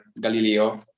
galileo